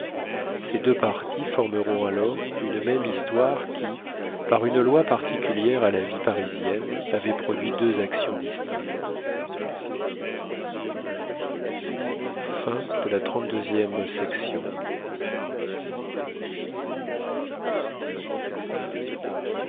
ces deux parties formeront alors une même histoire qui par une loi particulière à la vie parisienne avait produit deux actions distinctes